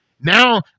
Now